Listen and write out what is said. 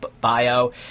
bio